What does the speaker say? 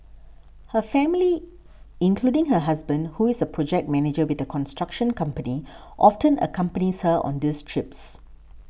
her family including her husband who is a project manager with a construction company often accompanies her on these trips